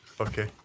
okay